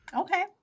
Okay